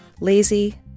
lazy